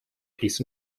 peace